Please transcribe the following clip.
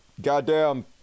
goddamn